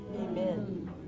Amen